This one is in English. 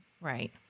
right